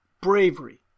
bravery